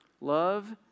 Love